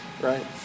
right